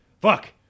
fuck